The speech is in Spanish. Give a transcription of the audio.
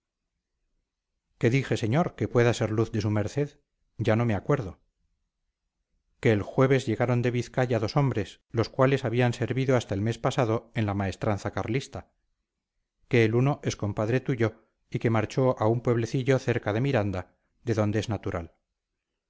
qué dije señor que pueda ser luz de su merced ya no me acuerdo que el jueves llegaron de vizcaya dos hombres los cuales habían servido hasta el mes pasado en la maestranza carlista que el uno es compadre tuyo y que marchó a un pueblecillo cerca de miranda de donde es natural